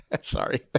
sorry